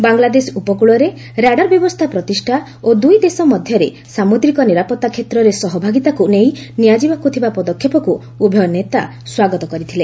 ବାଂଲାଦେଶ ଉପକୂଳରେ ର୍ୟାଡର୍ ବ୍ୟବସ୍ଥା ପ୍ରତିଷ୍ଠା ଓ ଦୂଇ ଦେଶ ମଧ୍ୟରେ ସାମୁଦ୍ରିକ ନିରାପତ୍ତା କ୍ଷେତ୍ରରେ ସହଭାଗିତାକୁ ନେଇ ନିଆଯିବାକୁ ଥିବା ପଦକ୍ଷେପକୁ ଉଭୟ ନେତା ସ୍ୱାଗତ କରିଥିଲେ